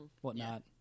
whatnot